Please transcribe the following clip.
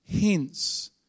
Hence